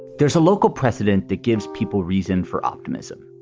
there's a local precedent that gives people reason for optimism.